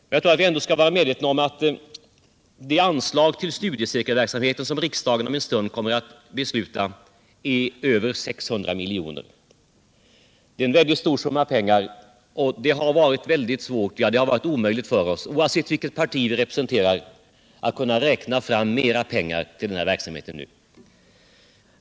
Men jag tror att vi ändå skall vara medvetna om att det anslag till studiecirkelverksamheten som riksdagen om en stund kommer att besluta är över 600 milj.kr. Det är en stor summa pengar, och det har varit svårt, för att inte säga omöjligt, för oss, oavsett vilket parti vi representerar, att räkna fram mera pengar till denna verksamhet nu.